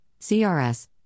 CRS